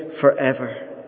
forever